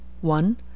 one